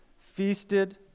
feasted